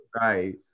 Right